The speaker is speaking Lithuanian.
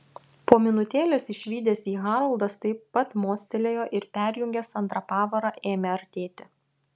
po minutėlės išvydęs jį haroldas taip pat mostelėjo ir perjungęs antrą pavarą ėmė artėti